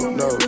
no